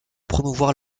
promouvoir